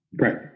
right